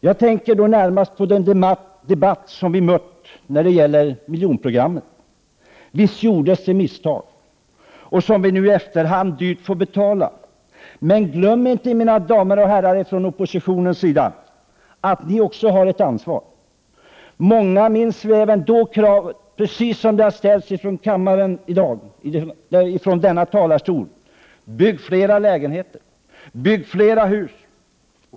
Jag tänker då närmast på den debatt som vi mött när det gäller miljonprogrammet. Visst gjordes det misstag, som vi nu i efterhand får betala dyrt. Men glöm inte, mina damer och herrar från oppositionens sida, att ni också har ett ansvar! Många minns vi kravet som ställdes då, precis som det har ställts i dag i kammaren från denna talarstol: Bygg flera lägenheter! Bygg flera hus!